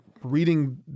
reading